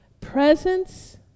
presence